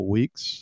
weeks